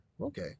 okay